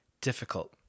difficult